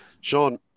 Sean